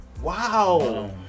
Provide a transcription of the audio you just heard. Wow